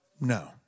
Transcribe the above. No